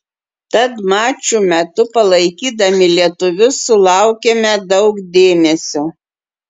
tad mačų metu palaikydami lietuvius sulaukėme daug dėmesio